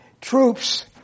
troops